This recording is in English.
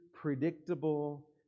predictable